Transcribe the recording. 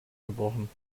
gebrochen